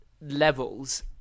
levels